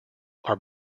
are